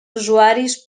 usuaris